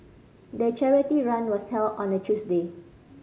the charity run was held on a Tuesday